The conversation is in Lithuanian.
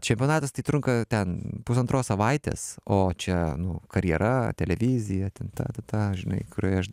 čempionatas tai trunka ten pusantros savaitės o čia nu karjera televizija ten ta ta ta žinai kurioje aš